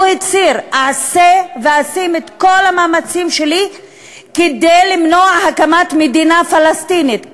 הוא הצהיר: אעשה את כל המאמצים שלי כדי למנוע הקמת מדינה פלסטינית.